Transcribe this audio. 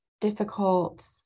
difficult